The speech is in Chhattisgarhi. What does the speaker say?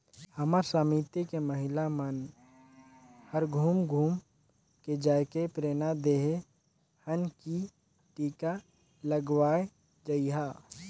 हमर समिति के महिला मन हर घुम घुम के जायके प्रेरना देहे हन की टीका लगवाये जइहा